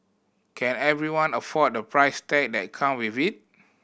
can everyone afford the price tag that come with it